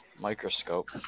Microscope